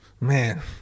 Man